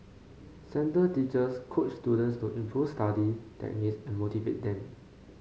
centre teachers coach students to improve study techniques and motivate them